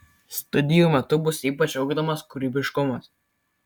studijų metu bus ypač ugdomas kūrybiškumas